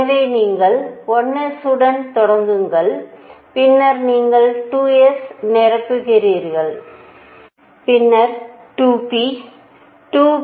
எனவே நீங்கள் 1 s உடன் தொடங்குங்கள் பின்னர் நீங்கள் 2s நிரப்புகிறீர்கள் பின்னர் 2 p